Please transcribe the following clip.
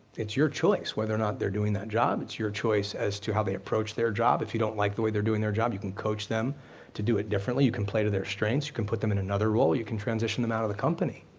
it's your choice whether or not they're doing that job, it's your choice as to how they approach their job, if you don't like the way they're doing their job, you can coach them to do it differently. you can play to their strengths, you can put them in another role, you can transition them out of the company.